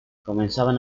comenzaban